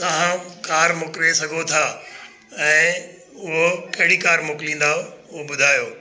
तव्हां कार मोकिले सघो था ऐं उहिओ कहिड़ी कार मोकिलंदो उहो ॿुधायो